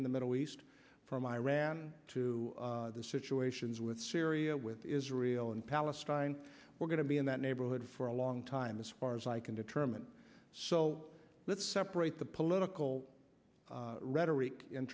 in the middle east from iran to the situations with syria with israel and palestine we're going to be in that neighborhood for a long time as far as i can determine so let's separate the political rhetoric in